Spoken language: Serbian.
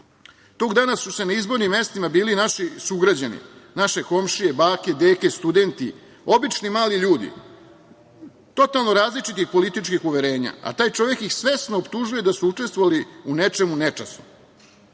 Tog dana su se na izbornim mestima bili naši sugrađani, naše komšije, bake, dede, studenti, obični mali ljudi totalno različitih političkih uverenja. A, taj čovek ih svesno optužuje da su učestvovali u nečemu nečasnom,